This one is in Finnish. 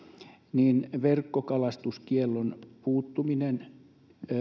ja verkkokalastuskiellon puuttuminen